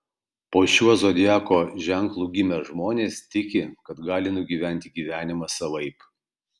po šiuo zodiako ženklu gimę žmonės tiki kad gali nugyventi gyvenimą savaip